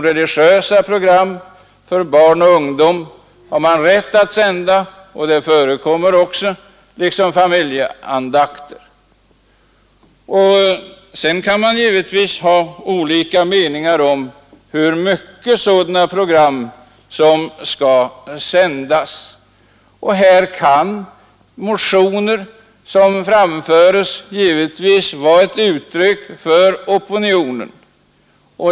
Religiösa program för barn och ungdom har man rätt att sända, och det förekommer också, liksom familjeandakter. Sedan kan man givetvis ha olika meningar om i vilken utsträckning sådana program bör sändas. Här kan motioner givetvis vara ett uttryck för opinionen.